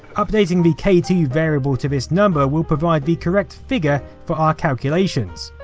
updating the k two variable to this number will provide the correct figure for our calcuations.